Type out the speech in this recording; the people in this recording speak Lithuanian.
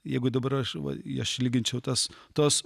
jeigu dabar aš va aš lyginčiau tas tuos